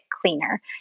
cleaner